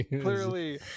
Clearly